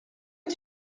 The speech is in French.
est